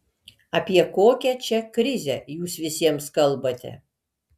apie kokią čia krizę jūs visiems kalbate